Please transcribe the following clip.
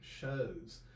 shows